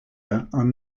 are